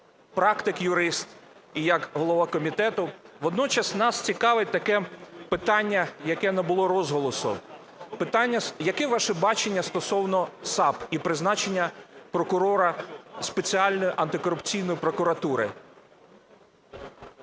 практик-юрист, і як голова комітету. Водночас нас цікавить таке питання, яке набуло розголосу. Яке ваше бачення стосовно САП і призначення прокурора Спеціалізованої антикорупційної прокуратури?